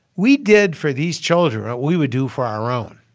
we did for these children what we would do for our own.